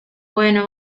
bueno